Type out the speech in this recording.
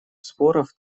споров